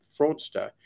fraudster